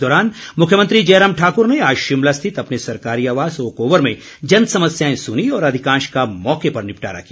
इस दौरान मुख्यमंत्री जयराम ठाक्र ने आज शिमला स्थित अपने सरकारी आवास ओकओवर में जनसमस्याएं सुनीं और अधिकांश का मौके पर निपटारा किया